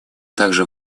также